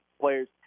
players